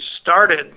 started